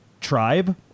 tribe